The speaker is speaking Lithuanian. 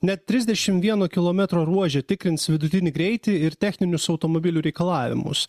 net trisdešimt vieno kilometro ruože tikrins vidutinį greitį ir techninius automobilių reikalavimus